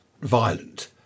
violent